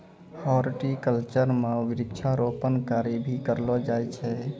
horticulture म वृक्षारोपण कार्य भी करलो जाय छै